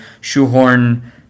shoehorn